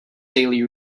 daily